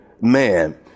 man